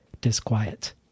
disquiet